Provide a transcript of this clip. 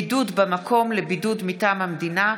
(בידוד במקום לבידוד מטעם המדינה),